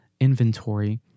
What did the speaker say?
inventory